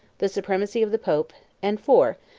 the supremacy of the pope. and, four.